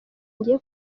ngiye